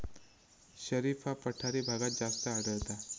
शरीफा पठारी भागात जास्त आढळता